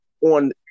on